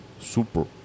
Super